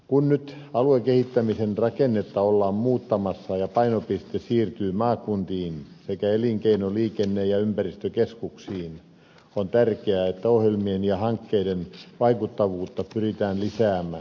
kun nyt aluekehittämisen rakennetta ollaan muuttamassa ja painopiste siirtyy maakuntiin sekä elinkeino liikenne ja ympäristökeskuksiin on tärkeää että ohjelmien ja hankkeiden vaikuttavuutta pyritään lisäämään